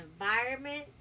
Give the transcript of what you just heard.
environment